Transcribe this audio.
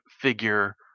figure